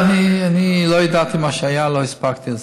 אני לא ידעתי מה היה, לא הספקתי.